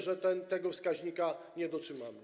że tego wskaźnika nie dotrzymamy?